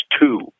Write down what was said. two